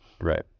Right